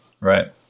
Right